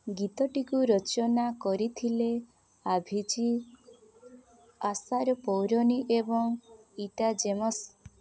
ଗୀତଟିକୁ ରଚନା କରିଥିଲେ ଆଭିଚି ଆଶାର ପୌରୋନି ଏବଂ ଇଟ୍ଟା ଜେମସ୍